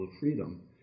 freedom